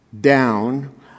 down